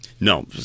No